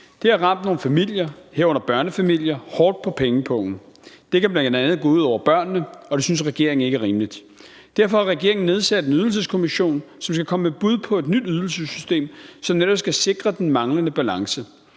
herunder børnefamilier, hårdt på pengepungen. Det kan bl.a. gå ud over børnene, og det synes regeringen ikke er rimeligt. Derfor har regeringen nedsat en Ydelseskommission, som skal komme med bud på et nyt ydelsessystem, som netop skal sikre den ellers manglende balance.